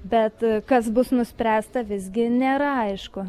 bet kas bus nuspręsta visgi nėra aišku